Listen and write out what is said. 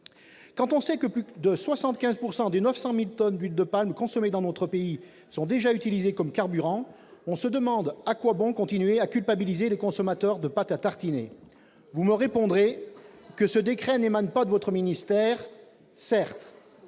Quand on sait que plus de 75 % des 900 000 tonnes d'huile de palme consommées dans notre pays sont déjà utilisées comme carburant, on se demande à quoi bon continuer à culpabiliser le consommateur de pâte à tartiner ! Très bien ! Vous me répondrez que ce décret n'émane pas de votre ministère. Certes,